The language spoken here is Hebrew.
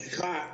סליחה,